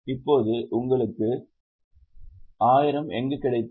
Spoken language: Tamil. இப்போது உங்களுக்கு 1000 எங்கு கிடைத்தது